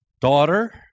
Daughter